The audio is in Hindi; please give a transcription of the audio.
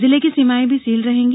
जिले की सीमाएं भी सील रहेंगी